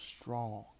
strong